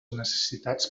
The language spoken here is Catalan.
necessitats